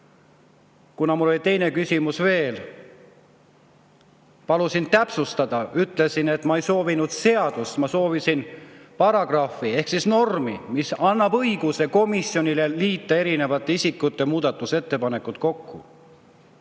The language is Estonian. Kuna mul oli teine küsimus veel, palusin täpsustada, ütlesin, et ma ei soovinud seadust, ma soovisin paragrahvi ehk normi, mis annab komisjonile õiguse kokku liita erinevate isikute muudatusettepanekud.